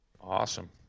Awesome